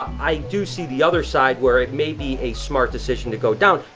i do see the other side, where it may be a smart decision to go down.